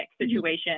situation